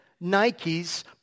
Nike's